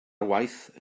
waith